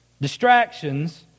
Distractions